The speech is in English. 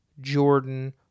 Jordan